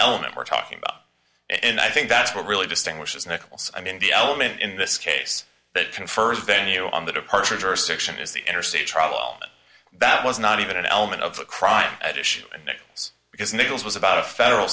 element we're talking about and i think that's what really distinguishes nichols i mean the element in this case that confers venue on the departure jurisdiction is the interstate travel that was not even an element of the crime at issue because nichols was about a federal